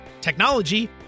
technology